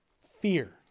fear